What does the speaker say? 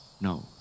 no